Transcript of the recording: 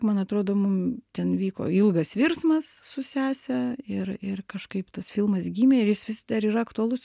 man atrodo mum ten vyko ilgas virsmas su sese ir ir kažkaip tas filmas gimė ir jis vis dar yra aktualus